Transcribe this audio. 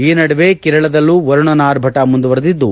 ಈ ನಡುವೆ ಕೇರಳದಲ್ಲೂ ವರುಣನ ಆರ್ಭಟ ಮುಂದುವರೆದಿದ್ದು